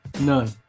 none